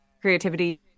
creativity